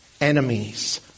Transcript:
enemies